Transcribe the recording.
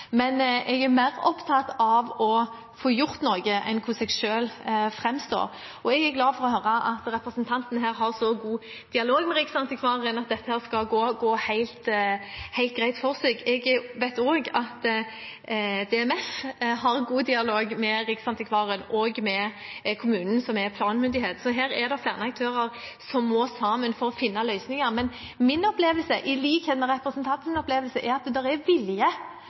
men jeg er mer opptatt av å få gjort noe enn hvordan jeg selv framstår. Jeg er glad for å høre at representanten har så god dialog med Riksantikvaren, at dette skal gå helt greit for seg. Jeg vet også at DMF har god dialog med Riksantikvaren og med kommunen som er planmyndighet, så her er det flere aktører som må finne løsninger sammen. Min opplevelse er i likhet med representantens at det er vilje til å prøve å få til dette, men det er